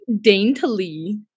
daintily